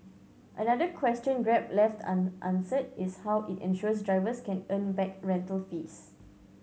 another question Grab left unanswered is how it ensures drivers can earn back rental fees